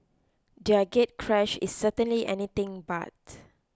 their gatecrash is certainly anything but